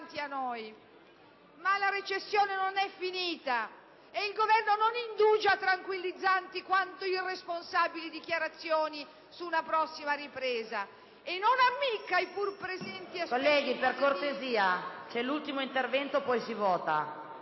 Colleghi, per cortesia. È l'ultimo intervento, poi si vota.